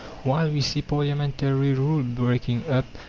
while we see parliamentary rule breaking up,